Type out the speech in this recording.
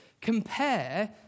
compare